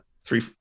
three